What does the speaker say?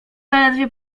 ledwie